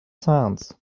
sounds